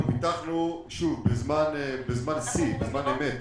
פיתחנו בזמן שיא, בזמן אמת,